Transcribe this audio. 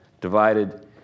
divided